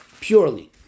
purely